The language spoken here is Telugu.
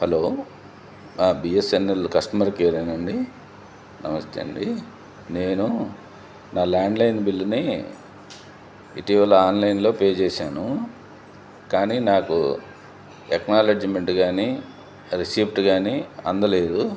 hello B S N L customer కేరేనా అండి నమస్తే అండి నేను నా ల్యాండ్లైన్ బిల్లుని ఇటీవల ఆన్లైన్లో పే చేశాను కానీ నాకు ఎక్నాలెడ్జ్మెంట్ గానీ రిసిప్ట్ గానీ అందలేదు